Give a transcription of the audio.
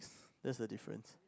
that's the difference